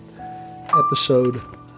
Episode